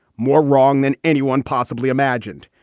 more wrong than anyone possibly imagined,